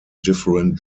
different